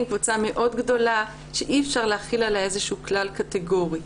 קבוצה מאוד גדולה שאי אפשר להחיל עליה איזשהו כלל קטגורי.